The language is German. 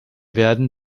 werden